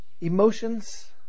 Emotions